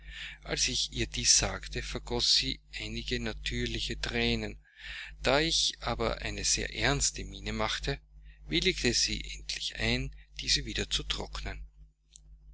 als ich ihr dies sagte vergoß sie einige natürliche thränen da ich aber eine sehr ernste miene machte willigte sie endlich ein diese wieder zu trocknen